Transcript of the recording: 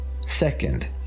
Second